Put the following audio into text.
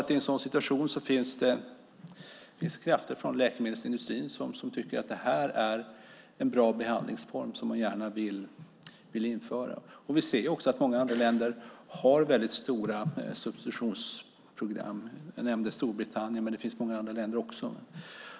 I en sådan situation finns det naturligtvis krafter från läkemedelsindustrin som tycker att det är en bra behandlingsform som man gärna vill införa. Många andra länder har väldigt stora substitutionsprogram. Jag nämnde Storbritannien men det finns många andra länder.